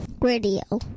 radio